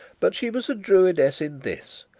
but she was a druidess in this,